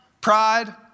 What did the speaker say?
pride